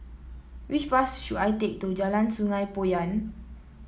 which bus should I take to Jalan Sungei Poyan